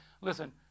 listen